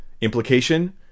Implication